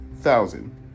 thousand